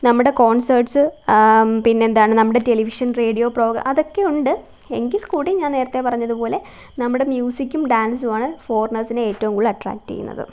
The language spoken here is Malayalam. നമ്മുടെ കോൺസേർട്സ് പിന്നെ എന്താണ് നമ്മുടെ ടെലിവിഷൻ റേഡിയോ പ്രോഗ്രാം അതൊക്കെയുണ്ട് എങ്കിൽകൂടി ഞാൻ നേരത്തേ പറഞ്ഞതുപോലെ നമ്മടെ മ്യൂസിക്കും ഡാൻസുമാണ് ഫോറിനേഴ്സിനെ ഏറ്റവും കൂടുതൽ അട്രാക്റ്റെയ്യുന്നത്